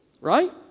Right